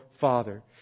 father